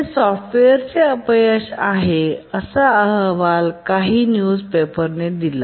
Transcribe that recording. हे सॉफ्टवेअरचे अपयश आहे असा अहवाल काही न्यूज पेपरने दिला